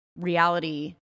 reality